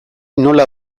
nola